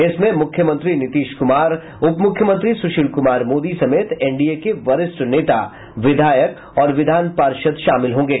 इसमें मुख्यमंत्री नीतीश कुमार उपमुख्यमंत्री सुशील कुमार मोदी समेत एनडीए के वरिष्ठ नेता विधायक और विधान पार्षद भी शामिल होंगे